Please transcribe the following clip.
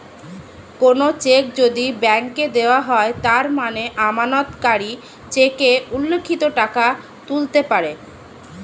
কোনো চেক যদি ব্যাংকে দেওয়া হয় তার মানে আমানতকারী চেকে উল্লিখিত টাকা তুলতে পারে